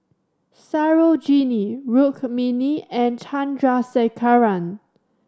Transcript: Sarojini Rukmini and Chandrasekaran